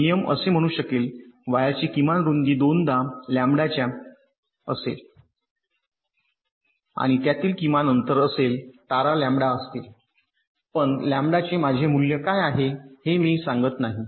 तर नियम असे म्हणू शकेल वायरची किमान रुंदी दोनदा लॅम्ब्डाच्या असेल आणि त्यातील किमान अंतर असेल तारा लॅम्बडा असतील पण लॅम्बडाचे माझे मूल्य काय आहे हे मी सांगत नाही